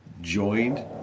Joined